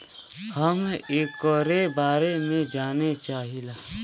हम एकरे बारे मे जाने चाहीला?